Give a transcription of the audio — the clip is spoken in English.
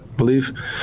believe